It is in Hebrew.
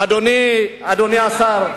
אדוני השר,